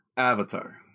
Avatar